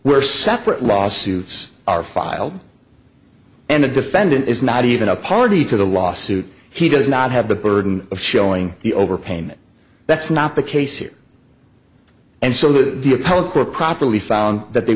where separate lawsuits are filed and the defendant is not even a party to the lawsuit he does not have the burden of showing the overpayment that's not the case here and so the appellate court properly found that they